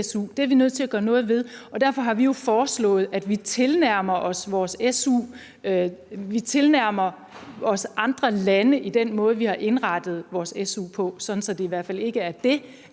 Det er vi nødt til at gøre noget ved, og derfor har vi jo foreslået, at vi tilnærmer os andre lande i den måde, vi har indrettet vores SU på, sådan at det i hvert fald ikke er det